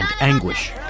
anguish